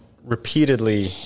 Repeatedly